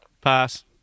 Pass